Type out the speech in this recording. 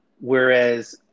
Whereas